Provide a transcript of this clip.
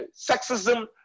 sexism